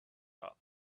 were